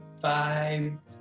five